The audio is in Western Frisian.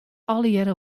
allegearre